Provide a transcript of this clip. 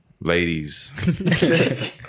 Ladies